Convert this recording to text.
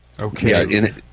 Okay